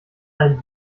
einen